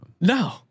No